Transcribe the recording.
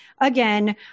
again